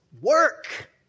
Work